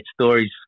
stories